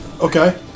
Okay